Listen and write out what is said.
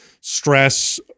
stress